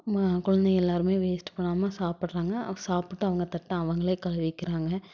ம குழந்தைங்கள் எல்லாேருமே வேஸ்ட்டு பண்ணாமல் சாப்பிட்றாங்க சாப்பிட்டு அவங்க தட்டை அவங்களே கழுவிக்கிறாங்க